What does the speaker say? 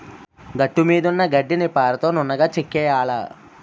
గట్టుమీదున్న గడ్డిని పారతో నున్నగా చెక్కియ్యాల